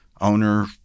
owner